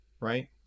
right